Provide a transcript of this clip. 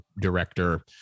director